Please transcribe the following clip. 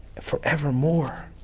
forevermore